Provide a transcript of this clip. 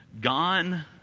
Gone